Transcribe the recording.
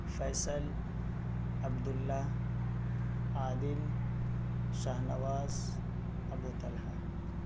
Faisal Abdullah Adil Shahnawaz Abu Talha